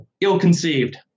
Ill-conceived